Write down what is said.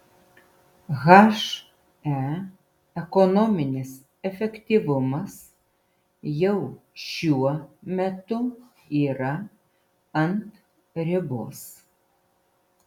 he ekonominis efektyvumas jau šiuo metu yra ant ribos